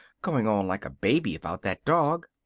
going on like a baby about that dog.